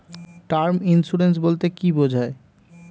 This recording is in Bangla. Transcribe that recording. টার্ম ইন্সুরেন্স বলতে কী বোঝায়?